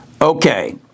Okay